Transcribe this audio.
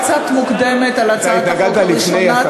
הייתה הצבעה קצת מוקדמת על הצעת החוק הראשונה,